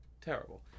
Terrible